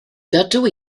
dydw